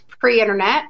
pre-internet